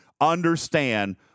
understand